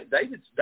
David's